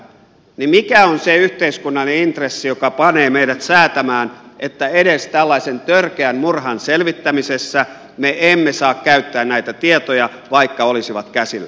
mikä on se yhteiskunnallinen intressi joka panee meidät säätämään että edes tällaisen törkeän murhan selvittämisessä me emme saa käyttää näitä tietoja vaikka ne olisivat käsillä